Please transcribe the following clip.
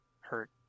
hurt